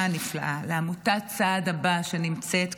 לעמותה הנפלאה, לעמותת הצעד הבא שנמצאת כאן,